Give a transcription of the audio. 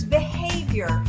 behavior